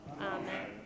Amen